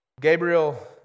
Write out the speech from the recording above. Gabriel